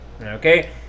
Okay